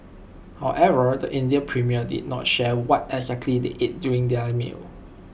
however the Indian premier did not share what exactly they ate during their meal